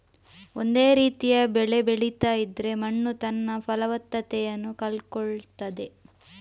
ಒಂದೇ ರೀತಿಯ ಬೆಳೆ ಬೆಳೀತಾ ಇದ್ರೆ ಮಣ್ಣು ತನ್ನ ಫಲವತ್ತತೆಯನ್ನ ಕಳ್ಕೊಳ್ತದೆ